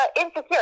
Insecure